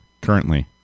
currently